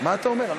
מה אתה אומר?